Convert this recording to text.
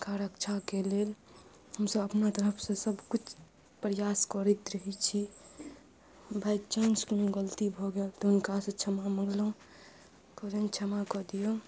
का रक्षाके लेल हमसब अपना तरफसँ सबकिछु प्रयास करैत रहै छी बाइचान्स कोनो गलती भऽ गेल तऽ हुनका से क्षमा मङ्गलहुॅं कोनो क्षमा कऽ दियौ